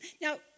Now